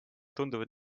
tunduvad